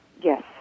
Yes